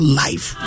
life